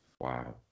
Wow